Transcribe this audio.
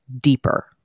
deeper